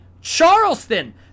Charleston